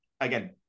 again